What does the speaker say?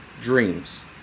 dreams